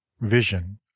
Vision